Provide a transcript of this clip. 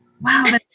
wow